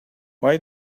why